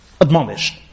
admonished